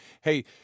hey –